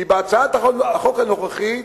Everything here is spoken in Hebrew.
כי בהצעת החוק הנוכחית,